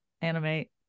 animate